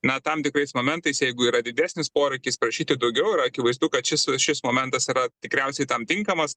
na tam tikrais momentais jeigu yra didesnis poreikis prašyti daugiau ir akivaizdu kad šis šis momentas ar tikriausiai tam tinkamas